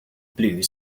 blue